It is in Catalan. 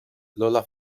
lola